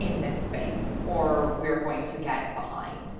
in this space or we are going to get behind.